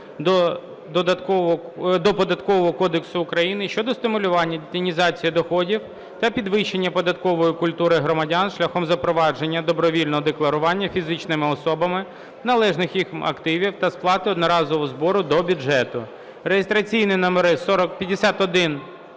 до Податкового кодексу України щодо стимулювання детінізації доходів та підвищення податкової культури громадян шляхом запровадження добровільного декларування фізичними особами належних їм активів та сплати одноразового збору до бюджету (реєстраційні номери 5154,